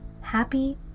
happy